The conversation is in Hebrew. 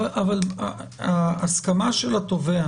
אבל ההסכמה של התובע